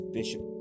Bishop